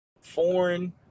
foreign